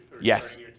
Yes